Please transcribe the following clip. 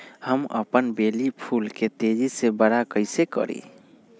हम अपन बेली फुल के तेज़ी से बरा कईसे करी?